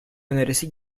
önerisi